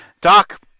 Doc